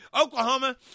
Oklahoma